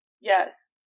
Yes